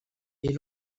est